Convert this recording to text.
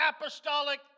apostolic